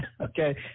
Okay